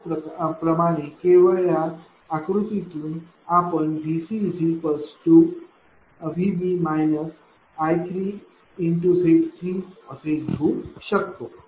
त्याच प्रमाणे केवळ या आकृतीतून आपण VCVB I3Z3VB iCr3jx3 असे लिहू शकतो